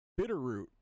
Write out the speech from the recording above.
Bitterroot